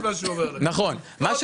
נכון.